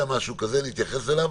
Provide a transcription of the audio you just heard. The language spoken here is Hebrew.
משהו כזה, נתייחס אליו.